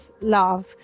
love